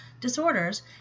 disorders